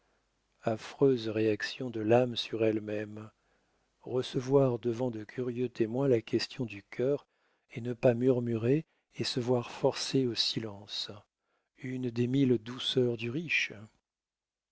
affreuse réaction de l'âme sur elle-même recevoir devant de curieux témoins la question du cœur et ne pas murmurer et se voir forcée au silence une des mille douleurs du riche